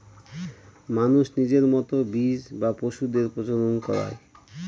মানুষ নিজের মতো বীজ বা পশুদের প্রজনন করায়